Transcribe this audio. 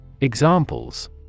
Examples